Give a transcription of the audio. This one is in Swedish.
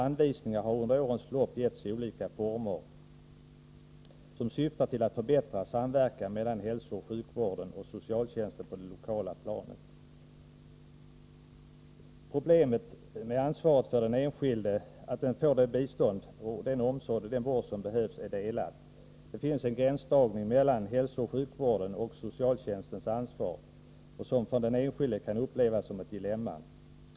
Anvisningar har under årens lopp getts i olika former som syftat till att förbättra samverkan mellan hälsooch sjukvården och socialtjänsten på det lokala planet. Det kan vara ett problem att ansvaret för att den enskilde får det bistånd, den omsorg och den vård som behövs är delat. Det finns en gränsdragning mellan hälsooch sjukvårdens och socialtjänstens ansvar, som för den enskilde kan upplevas som ett dilemma.